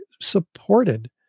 supported